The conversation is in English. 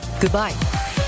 Goodbye